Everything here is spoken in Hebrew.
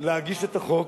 להגיש את החוק,